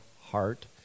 heart